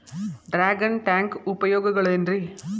Dragon tank ಉಪಯೋಗಗಳೆನ್ರಿ?